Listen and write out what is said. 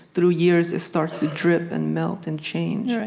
through years it starts to drip and melt and change